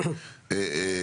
לא בעיות, עניין של נתונים.